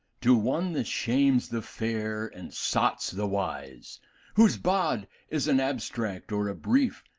to one that shames the fair and sots the wise whose bod is an abstract or a brief,